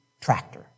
tractor